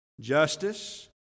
justice